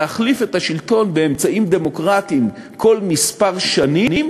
להחליף את השלטון באמצעים דמוקרטיים כל כמה שנים,